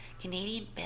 Canadian